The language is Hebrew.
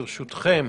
ברשותכם,